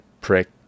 prick